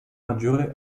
maggiore